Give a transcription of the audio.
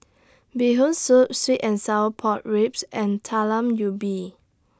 Bee Hoon Soup Sweet and Sour Pork Ribs and Talam Ubi